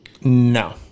No